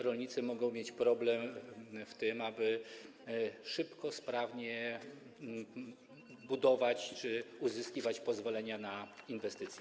Rolnicy mogą mieć problem z tym, aby szybko, sprawnie budować czy uzyskiwać pozwolenia na inwestycje.